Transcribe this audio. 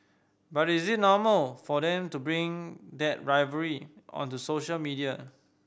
but is it normal for them to bring that rivalry onto social media